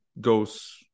goes